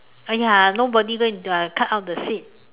oh ya nobody go and cut out the seed